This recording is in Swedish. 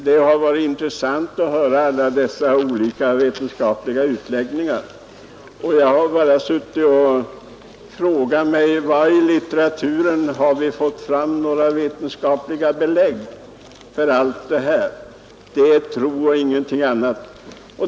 Det har varit intressant att här höra alla olika vetenskapliga utläggningar. Men jag har suttit och frågat mig: Var i litteraturen finns det några vetenskapliga belägg för allt det här? Det är fråga om tro och ingenting annat.